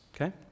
Okay